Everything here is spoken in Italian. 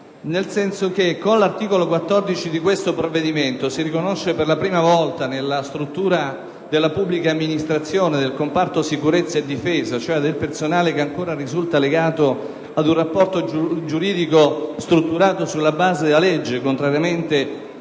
precisazione. Con l'articolo 14 del provvedimento si riconosce per la prima volta nella struttura della pubblica amministrazione, nel comparto sicurezza e difesa, cioè quanto al personale che ancora risulta legato ad un rapporto giuridico strutturato sulla base della legge, contrariamente alla